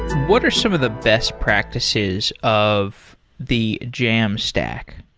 what are some of the best practices of the jamstack?